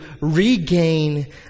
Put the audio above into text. regain